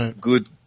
good